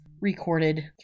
recorded